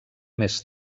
més